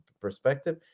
perspective